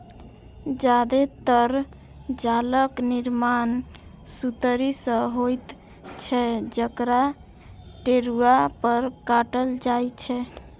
जादेतर जालक निर्माण सुतरी सं होइत छै, जकरा टेरुआ पर काटल जाइ छै